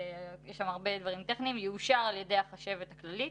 יש שם הרבה דברים טכניים גובה פנסיית הצל יאושר על ידי החשבת הכללית,